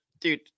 dude